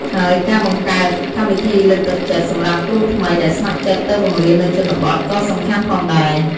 ហើយការបង្កើត កម្មវិធីលើកទឹកចិត្ត សម្រាប់គ្រូថ្មីដែលស្ម័គ្រចិត្តទៅបង្រៀននៅជនបទ ក៏សំខាន់ផងដែរ។